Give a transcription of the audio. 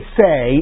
say